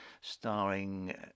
starring